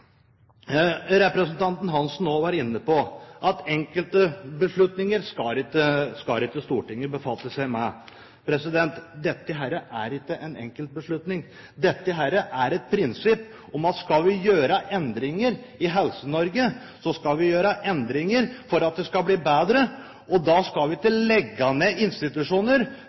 Representanten Geir-Ketil Hansen var inne på at Stortinget skal ikke befatte seg med enkeltbeslutninger. Dette er ikke en enkeltbeslutning. Dette er et prinsipp: Skal vi gjøre endringer i Helse-Norge, skal vi gjøre endringer for at det skal bli bedre. Da skal vi ikke legge ned institusjoner